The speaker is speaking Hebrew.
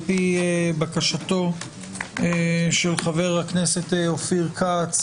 על פי בקשתו של חה"כ אופיר כץ,